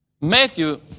Matthew